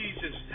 Jesus